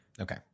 Okay